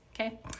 Okay